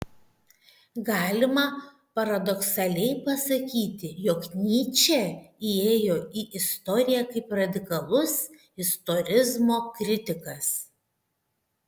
galima paradoksaliai pasakyti jog nyčė įėjo į istoriją kaip radikalus istorizmo kritikas